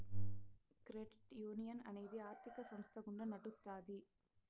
credit union అనేది ఆర్థిక సంస్థ గుండా నడుత్తాది